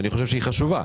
שאני חושב שהיא חשובה.